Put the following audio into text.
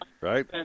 Right